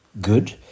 good